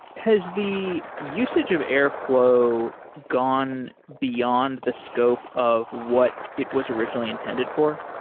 has the usage of airflow gone beyond the scope of what it was originally intended for?